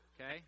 Okay